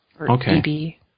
Okay